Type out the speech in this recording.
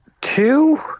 two